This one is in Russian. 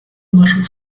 наших